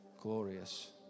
glorious